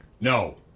No